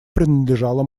принадлежала